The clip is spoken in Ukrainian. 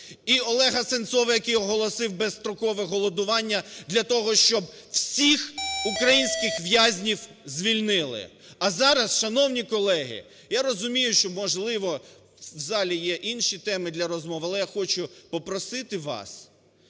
і Олега Сенцова, який оголосив безстрокове голодування для того, щоб усіх українських в'язнів звільнили. А зараз, шановні колеги, я розумію, що, можливо, в залі є інші теми для розмов, але я хочу попросити вас